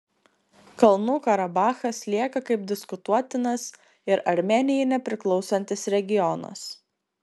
kalnų karabachas lieka kaip diskutuotinas ir armėnijai nepriklausantis regionas